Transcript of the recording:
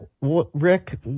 Rick